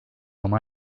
oma